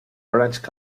orange